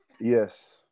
Yes